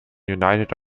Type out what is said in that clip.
united